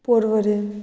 पोर्वोरीं